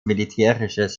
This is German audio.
militärisches